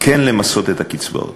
כן למסות את הקצבאות,